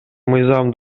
мыйзам